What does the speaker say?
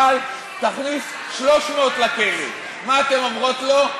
אבל תכניס 300 לכלא, מה אתן אומרות לו?